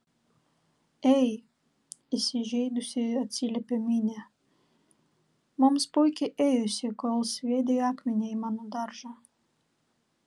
ei įsižeidusi atsiliepė minė mums puikiai ėjosi kol sviedei akmenį į mano daržą